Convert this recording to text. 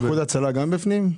איחוד הצלה גם בפנים?